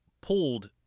pulled